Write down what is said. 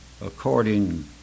according